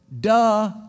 duh